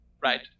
Right